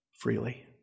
freely